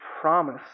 promise